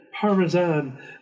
parmesan